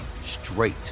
straight